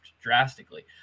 drastically